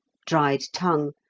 dried tongue,